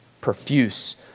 profuse